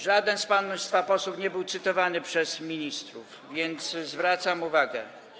Żaden z państwa posłów nie był cytowany przez ministrów, więc zwracam uwagę.